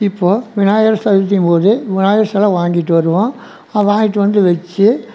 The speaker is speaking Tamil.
இப்போது விநாயகர் சதுர்த்தியின் போது விநாயகர் செலை வாங்கிட்டு வருவோம் அதை வாங்கிட்டு வந்து வச்சு